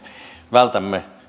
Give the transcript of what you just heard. välttäisimme